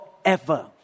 forever